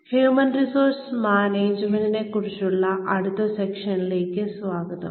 human resource മാനേജ്മെന്റിനെക്കുറിച്ചുള്ള അടുത്ത സെഷനിലേക്ക് സ്വാഗതം